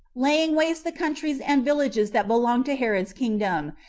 laying waste the countries and villages that belonged to herod's kingdom,